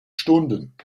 stunden